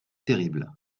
terrible